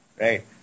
right